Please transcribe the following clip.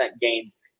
gains